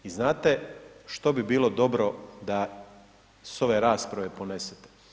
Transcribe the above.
I znate što bi bilo dobro da s ove rasprave ponesete?